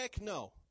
no